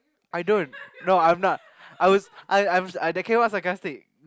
I don't no I'm not I was I'm I'm that came out sarcastic